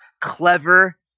clever